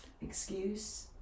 excuse